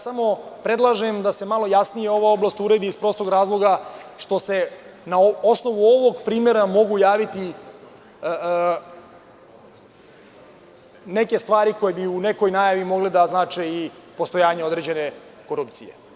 Samo predlažem da se samo malo jasnije ova oblast uredi iz prostog razloga što se na osnovu ovog primera mogu javiti neke stvari koje bi u nekoj najavi mogle da znače i postojanje određene korupcije.